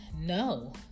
no